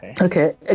Okay